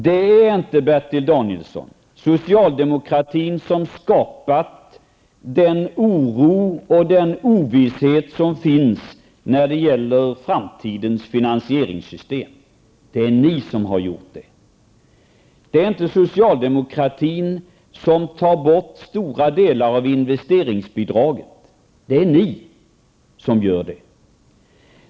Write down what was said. Det är inte, Bertil Danielsson, socialdemokratin som skapat den oro och den ovisshet som finns när det gäller framtidens finansieringssystem; det är ni som har gjort det. Det är inte socialdemokratin som tar bort stora delar av investeringsbidraget; det är ni som gör det.